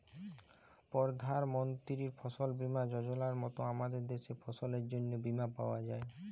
পরধাল মলতির ফসল বীমা যজলার মত আমাদের দ্যাশে ফসলের জ্যনহে বীমা পাউয়া যায়